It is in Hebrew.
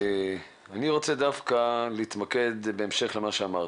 אני רוצה דווקא להתמקד בהמשך למה שאמרת.